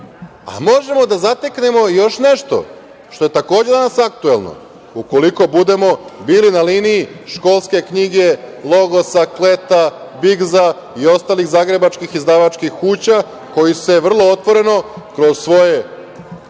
a možemo da zateknemo i još nešto što je takođe danas aktuelno. Ukoliko budemo bili na liniji školske knjige „Logosa“, „Kleta“, „Bigza“ i ostalih zagrebačkih izdavačkih kuća, koji se vrlo otvoreno kroz svoje